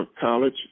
College